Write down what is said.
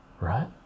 right